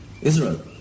Israel